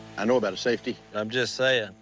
i know about a safety. i'm just saying.